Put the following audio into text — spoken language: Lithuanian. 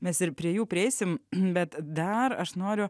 mes ir prie jų prieisim bet dar aš noriu